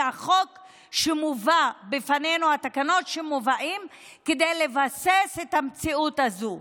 והתקנות שמובאות בפנינו הן כדי לבסס את המציאות הזאת.